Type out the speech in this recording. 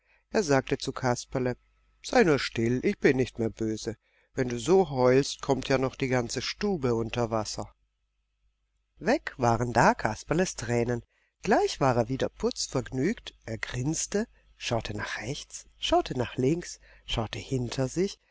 er sagte zu kasperle sei nur still ich bin nicht mehr böse wenn du so heulst kommt ja noch die ganze stube unter wasser weg waren da kasperles tränen gleich war er wieder putzvergnügt er grinste schaute nach rechts schaute nach links schaute hinter sich